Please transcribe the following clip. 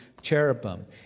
cherubim